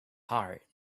heart